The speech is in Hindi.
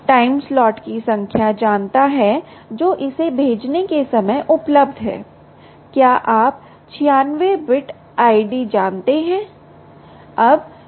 टाइम स्लॉट की संख्या जानता है जो इसे भेजने के लिए उपलब्ध है क्या आप 96 बिट ID जानते हैं